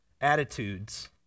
attitudes